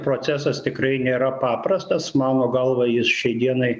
procesas tikrai nėra paprastas mano galva jis šiai dienai